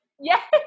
Yes